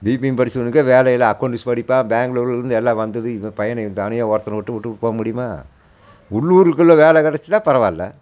BBM படிச்சவனுக்கே வேலை இல்லை அக்கௌண்ட்ஸ் படிப்பான் பெங்க்ளூர்லேருந்து எல்லாம் வந்தது இந்த பையனை தனியாக ஒருத்தனை விட்டுப்புட்டு போக முடியுமா உள்ளூருக்குள்ளே வேலை கிடைச்சிட்டா பரவாயில்லை